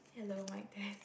hello mic test